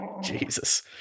Jesus